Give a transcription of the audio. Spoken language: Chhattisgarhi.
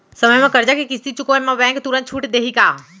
समय म करजा के किस्ती चुकोय म बैंक तुरंत छूट देहि का?